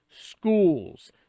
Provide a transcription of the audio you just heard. schools